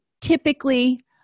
typically